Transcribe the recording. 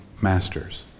masters